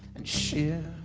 and shift